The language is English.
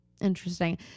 interesting